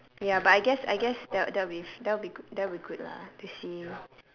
ya but I guess I guess that would that would be that would that would be good lah to see